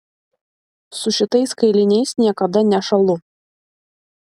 su šitais kailiniais niekada nešąlu